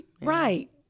Right